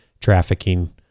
trafficking